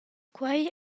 quei